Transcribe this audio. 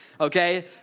okay